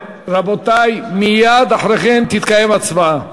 רבותי, מייד אחרי כן תתקיים הצבעה.